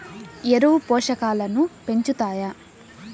ఎరువులు పోషకాలను పెంచుతాయా?